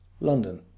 London